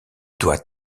doit